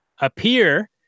appear